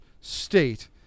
state